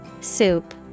Soup